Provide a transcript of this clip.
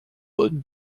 bonne